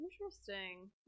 Interesting